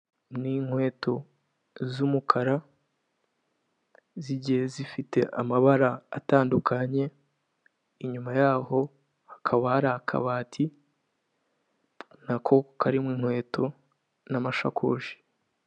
Ni inkweto z'umukara zigiye zifite amabara atandukanye, inyuma yaho hakaba hari akabati nako karimo inkweto n'amashakoshi.